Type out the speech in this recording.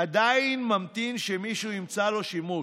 עדיין ממתין שמישהו ימצא לו שימוש.